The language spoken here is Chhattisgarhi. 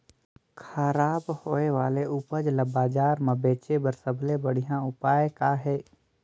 खराब होए वाले उपज ल बाजार म बेचे बर सबले बढ़िया उपाय का हे?